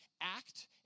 act